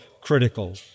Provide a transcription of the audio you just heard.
critical